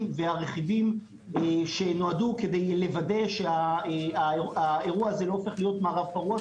והרכיבים שנועדו כדי לוודא שהאירוע הזה לא יהיה מערב פרוע.